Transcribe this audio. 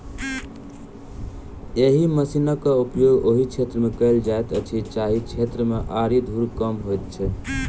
एहि मशीनक उपयोग ओहि क्षेत्र मे कयल जाइत अछि जाहि क्षेत्र मे आरि धूर कम होइत छै